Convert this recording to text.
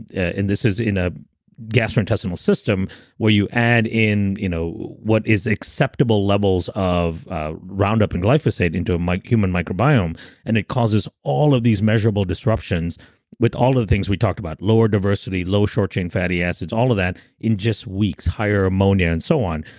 and this is in a gastrointestinal system where you add in you know what is acceptable levels of roundup in glyphosate into a human microbiome and it causes all of these measurable disruptions with all of the things we talked about lower diversity, low short-chain fatty acids, all of that in just weeks, higher ammonia and so on.